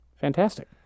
fantastic